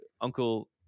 uncle